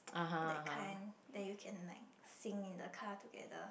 that kind then you can like sing in the car together